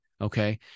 okay